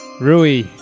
Rui